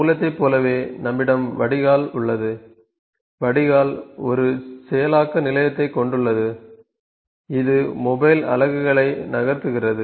மூலத்தைப் போலவே நம்மிடம் வடிகால் உள்ளது வடிகால் ஒரு செயலாக்க நிலையத்தைக் கொண்டுள்ளது இது மொபைல் அலகுகளை நகர்த்துகிறது